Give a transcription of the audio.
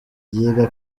yiga